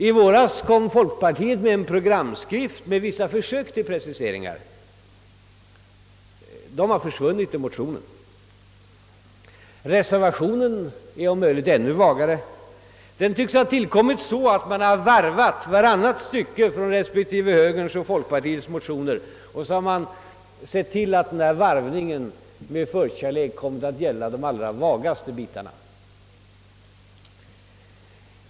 I våras kom folkpartiet med en programskrift med vissa förslag till preciseringar; de har försvunnit ur motionen. Reservationen är om möjligt ännu vagare. Den tycks ha tillkommit så, att man har varvat varannat stycke från högerns respektive folkpartiets motioner, varvid man särskilt sett till att man fått med de allra vagaste bitarna.